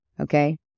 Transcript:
okay